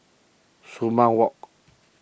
Sumang Walk